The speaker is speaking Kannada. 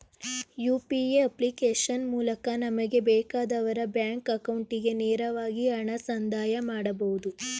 ಯು.ಪಿ.ಎ ಅಪ್ಲಿಕೇಶನ್ ಮೂಲಕ ನಮಗೆ ಬೇಕಾದವರ ಬ್ಯಾಂಕ್ ಅಕೌಂಟಿಗೆ ನೇರವಾಗಿ ಹಣ ಸಂದಾಯ ಮಾಡಬಹುದು